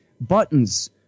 buttons